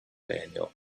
daniel